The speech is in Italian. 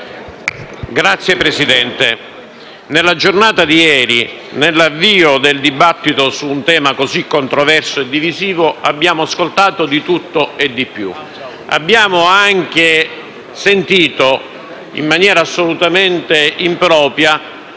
Signora Presidente, nella giornata di ieri, nell'avvio del dibattito su un tema così controverso e divisivo, abbiamo ascoltato di tutto e di più. Abbiamo anche sentito in maniera assolutamente impropria